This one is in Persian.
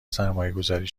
سرمایهگذاری